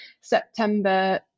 september